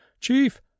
Chief